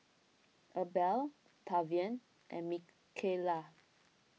Abel Tavian and Micayla